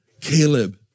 Caleb